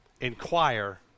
Inquire